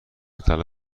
طلا